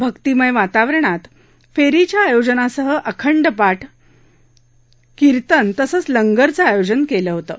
भक्तिमय वातावरणात फेरीच्या आयोजनासह अखंड पाठ शबद कीर्तन तसंच लंगरचं आयोजन केलं होतं